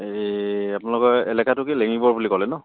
এই আপোনালোকৰ এলেকাটোকে লেঙিবৰ বুলি ক'লে ন